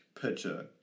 picture